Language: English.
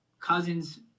cousin's